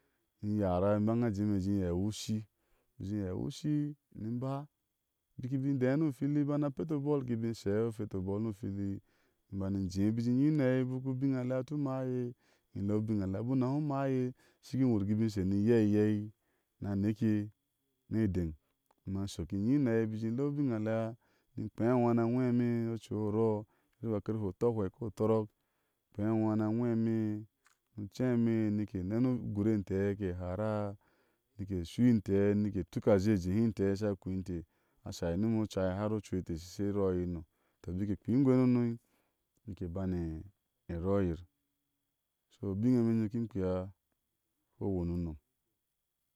M yaráá ibana a jémé i je ɛɛwe ushi bik in je ɛɛawi u ushii ni ime mba bik ime bin indé ni u fili abik a ni a peti u bol i kin indé ni ishɛ a fetio bol no u fili ni ime bani i je bik in jé nyi ni a aɛi bik u bin alea bik u tu nááɛ ime le u biri a lea bik u unabi umaaɛ ishi ki wur ki bi isher ni iye iyɛi ni aneke ni edeŋ ni maa i shɔk inyi ni aɛi bikin je le ubin adea, ni kpea aŋwáá ni aŋwɛ ime ocu o orɔɔ iriba a karpe utɔɔ hwɛi kɔ u tɔrɔk i kpea aŋwáá ni aŋwɛ ime ni u cɛi ime ni ke nɛne u ugur intɛɛ keeihara, nike e shui intɛɛ ni ke tuk azhie e jehe i intee a asha kui inte, ashai ni umo oca harocui mite ke shi she rɔɔi no tɔ ke bike kpeai iŋgwe nonɔi nike bana e erɔɔyir so u binene nyom niki kpea ko wani unom